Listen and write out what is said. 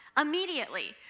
immediately